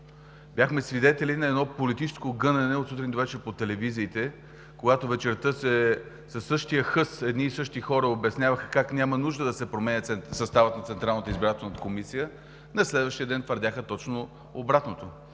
Бяхме свидетели на едно политическо гънене от сутрин до вечер по телевизиите, когато вечерта със същия хъс едни и същи хора обясняваха как няма нужда да се променя съставът на Централната избирателна комисия, а на следващия ден твърдяха точно обратното.